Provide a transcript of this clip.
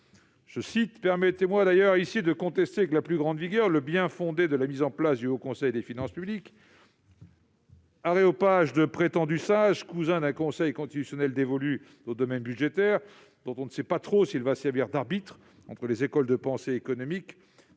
Je cite :« Permettez-moi d'ailleurs ici de contester avec la plus grande vigueur le bien-fondé de la mise en place du Haut Conseil des finances publiques, aréopage de prétendus sages, cousin d'un Conseil constitutionnel dévolu au domaine budgétaire, dont on ne sait pas trop s'il va servir d'arbitre entre les écoles de pensée économique,